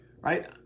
right